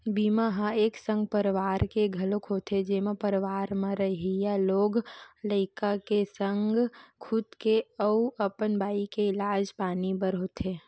बीमा ह एक संग परवार के घलोक होथे जेमा परवार म रहइया लोग लइका के संग खुद के अउ अपन बाई के इलाज पानी बर होथे